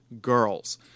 girls